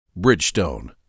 Bridgestone